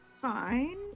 fine